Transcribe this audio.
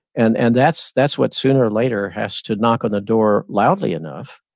and and that's that's what sooner or later has to knock on the door loudly enough,